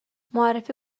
معرفی